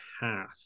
half